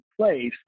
place